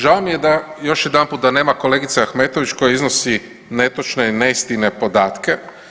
Žao mi je da, još jedanput da nema kolegice Ahmetović koja iznosi netočne i neistinite podatke.